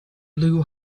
blew